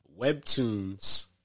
webtoons